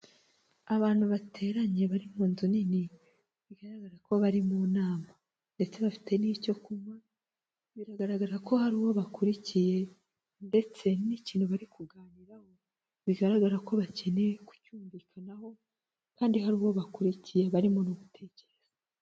Abantu bateranye bari mu nzu nini, bigaragara ko bari mu nama, ndetse bafite n'icyo kunywa, biragaragara ko hari uwo bakurikiye ndetse n'ikintu bari kuganiraho, bigaragara ko bakeneye kucyumvikanaho, kandi hari uwo bakurikiye, barimo no gutekereza.